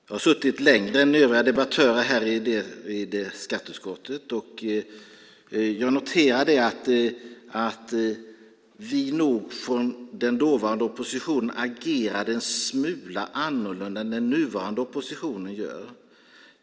Jag har suttit längre än övriga debattörer här i skatteutskottet. Jag noterade att vi från den dåvarande oppositionen nog agerade en smula annorlunda än den nuvarande oppositionen gör.